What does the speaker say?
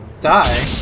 die